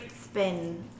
spin